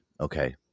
okay